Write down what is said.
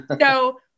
So-